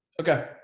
Okay